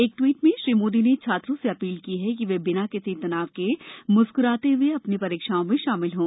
एक ट्वीट में श्री मोदी ने छात्रों से अपील की कि वे बिना किसी तनाव के मुस्कुराते ह्ए अ नी रीक्षाओं में शामिल हों